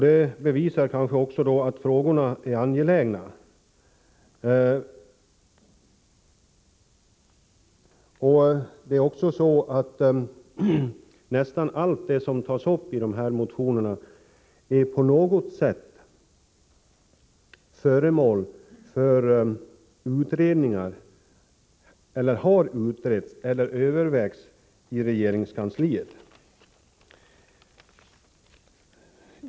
Det bevisar kanske också att frågorna är angelägna. Nästan allt det som tas upp i motionerna är på något sätt föremål för utredningar eller har utretts eller övervägs i regeringskansliet.